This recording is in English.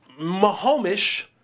Mahomish